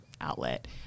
outlet